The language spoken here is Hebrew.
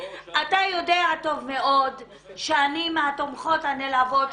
אתה יודע טוב מאוד שאני מהתומכות הנלהבות